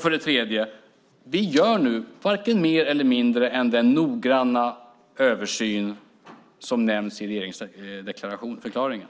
För det tredje gör vi nu varken mer eller mindre än den noggranna översyn som nämns i regeringsförklaringen.